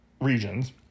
regions